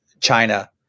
China